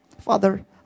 Father